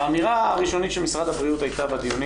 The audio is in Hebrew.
האמירה הראשונית של משרד הבריאות הייתה בדיונים,